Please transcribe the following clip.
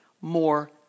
More